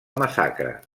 massacre